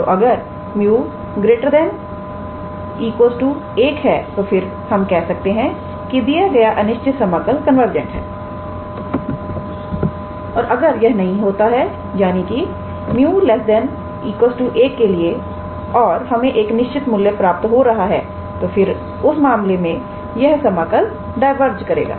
तो अगर 𝜇 ≥ 1 है तो फिर हम कह सकते हैं कि दिया गया अनिश्चित समाकल कन्वर्जेंट है और अगर यह नहीं होता है यानी कि 𝜇 ≤ 1 है और हमें एक निश्चित मूल्य प्राप्त हो रहा है तो फिर उस मामले में यह समाकल डायवर्जेंटहोगा